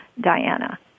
Diana